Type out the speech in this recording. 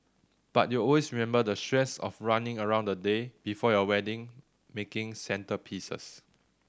but you'll always remember the stress of running around the day before your wedding making centrepieces